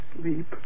Sleep